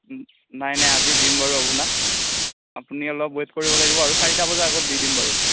নাই নাই আজি দিম বাৰু আপোনাক আপুনি অলপ ৱেইট কৰিব লাগিব আৰু চাৰিটা বজাৰ আগত দি দিম বাৰু